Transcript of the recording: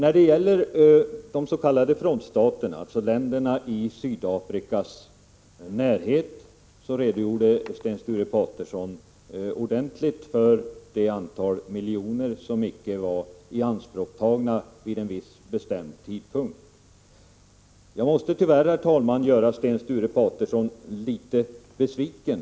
Beträffande de s.k. frontstaterna, länderna i Sydafrikas närhet, redogjorde Sten Sture Paterson ordentligt för det antal miljoner som icke var ianspråkstagna vid en viss bestämd tidpunkt. Jag måste tyvärr, herr talman, göra Sten Sture Paterson litet besviken.